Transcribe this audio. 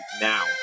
now